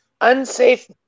unsafe